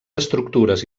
estructures